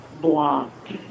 blocked